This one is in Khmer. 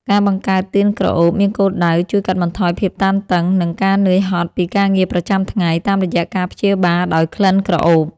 ការបង្កើតទៀនក្រអូបមានគោលដៅជួយកាត់បន្ថយភាពតានតឹង និងការនឿយហត់ពីការងារប្រចាំថ្ងៃ តាមរយៈការព្យាបាលដោយក្លិនក្រអូប។